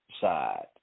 side